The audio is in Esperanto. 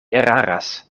eraras